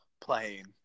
playing